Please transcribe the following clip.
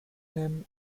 him